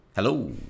Hello